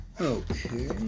okay